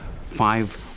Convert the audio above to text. five